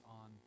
on